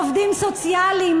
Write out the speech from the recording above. עובדים סוציאליים,